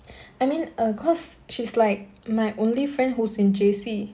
I mean err because she's like my only friend who's in J_C